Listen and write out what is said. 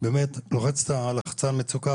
לוחץ על לחצן המצוקה,